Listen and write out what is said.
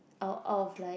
out out of like